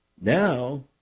Now